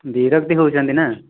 ବିରକ୍ତି ହଉଛନ୍ତି ନା